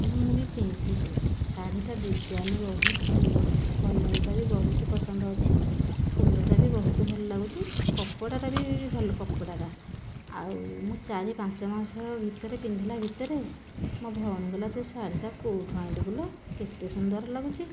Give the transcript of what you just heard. ମୁଁ ବି ପିନ୍ଧିଲି ଶାଢ଼ୀଟା ଡିଜାଇନ ବହୁତ ଭଲ ଲାଗୁଛି କଲର୍ଟା ବି ବହୁତ ପସନ୍ଦ ଅଛି ଫୁଲଟା ବି ବହୁତ ଭଲ ଲାଗୁଛି କପଡ଼ାଟା ବି ଭଲ କପଡ଼ାଟା ଆଉ ମୁଁ ଚାରି ପାଞ୍ଚ ମାସ ଭିତରେ ପିନ୍ଧିଲା ଭିତରେ ମୋ ଭଉଣୀ କହିଲା ତୁ ଏ ଶାଢ଼ୀଟା କେଉଁଠୁ ଆଣିଲୁ କିଲୋ ଏତେ ସୁନ୍ଦର ଲାଗୁଛି